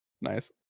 Nice